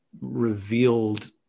revealed